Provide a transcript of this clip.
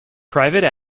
private